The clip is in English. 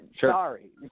sorry